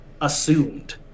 assumed